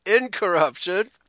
incorruption